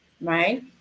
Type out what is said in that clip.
right